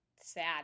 sad